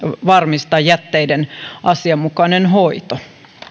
varmistaa jätteiden asianmukainen hoito